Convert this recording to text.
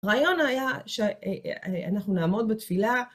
רעיון היה שאנחנו נעמוד בתפילה,